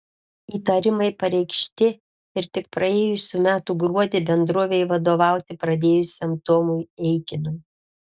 įtarimai pareikšti ir tik praėjusių metų gruodį bendrovei vadovauti pradėjusiam tomui eikinui